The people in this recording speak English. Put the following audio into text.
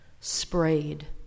sprayed